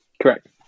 Correct